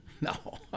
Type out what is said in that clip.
no